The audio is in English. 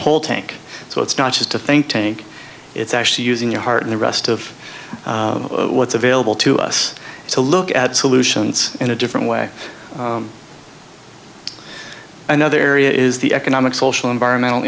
whole tank so it's not just a think tank it's actually using your heart and the rest of what's available to us to look at solutions in a different way another area is the economic social environmental